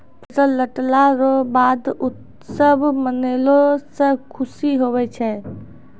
फसल लटला रो बाद उत्सव मनैलो से खुशी हुवै छै